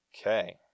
Okay